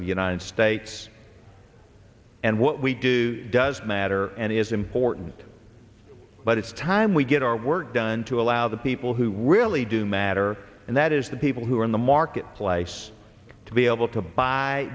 of the united states and what we do does matter and is important but it's time we get our work done to allow the people who really do matter and that is the people who are in the marketplace to be able to buy